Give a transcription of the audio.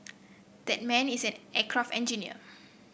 that man is an aircraft engineer